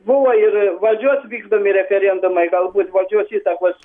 buvo ir valdžios vykdomi referendumai galbūt valdžios įtakos